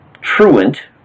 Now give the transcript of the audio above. truant